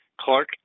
Clark